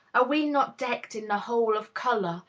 are we not decked in the whole of color,